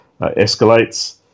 escalates